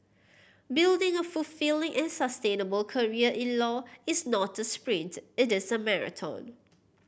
building a fulfilling and sustainable career in law is not a sprint it is a marathon